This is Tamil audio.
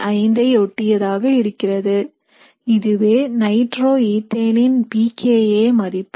5 ஐ ஒட்டியதாக இருக்கிறது இதுவே நைட்ரோஈத்தேனின் pKa மதிப்பு